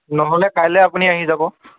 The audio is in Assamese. নহ'লে কাইলৈ আপুনি আহি যাব